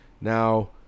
now